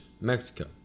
Mexico